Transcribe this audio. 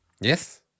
yes